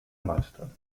meistern